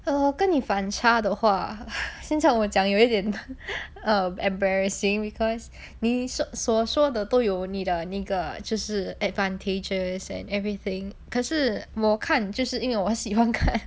err 我跟你反差的话现在我讲有一点 um embarrassing because me 所所说的都有你的那个就是 advantageous and everything 可是 more 看这是因为我喜欢看